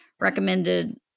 recommended